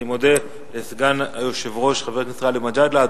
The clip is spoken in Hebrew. אני מודה לסגן היושב-ראש, חבר הכנסת גאלב מג'אדלה.